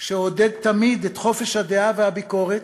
שעודד תמיד את חופש הדעה והביקורת,